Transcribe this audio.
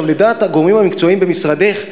לדעת הגורמים המקצועיים במשרדך,